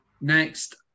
Next